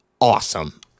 awesome